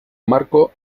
marco